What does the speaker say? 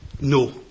No